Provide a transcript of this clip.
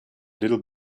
little